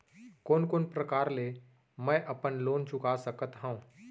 कोन कोन प्रकार ले मैं अपन लोन चुका सकत हँव?